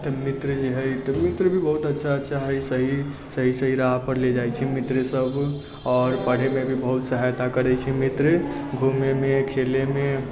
तऽ मित्र जे हय तऽ मित्र भी बहुत अच्छा अच्छा हय सही सही सही राह पर ले जाइ छै मित्र सभ आओर पढ़ै मे भी बहुत सहायता करै छै मित्र घुमै मे खेलै मे